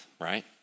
right